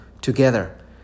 together